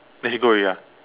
then she go already ah